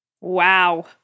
Wow